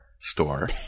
store